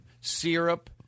syrup